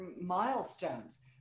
milestones